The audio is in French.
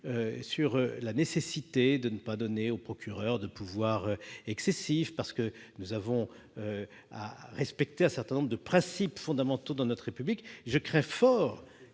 sur la nécessité de ne pas donner aux procureurs de pouvoirs excessifs. Nous devons en effet respecter un certain nombre de principes fondamentaux de notre République. Je crains fort